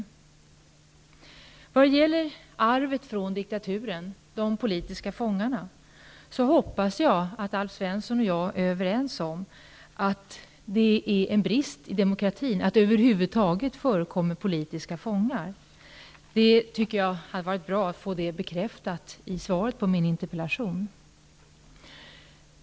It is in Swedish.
När det gäller arvet från diktaturen, de politiska fångarna, hoppas jag att Alf Svensson och jag är överens om att det är en brist i demokratin att det över huvud taget förekommer politiska fångar. Jag tycker att det hade varit bra att få det bekräftat i svaret på min interpellation.